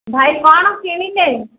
ଭାଇ କ'ଣ କିଣିିବେ